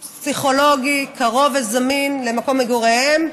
פסיכולוגי, קרוב וזמין למקום מגוריהם,